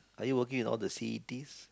are you working in all the C_E_Ts